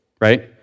right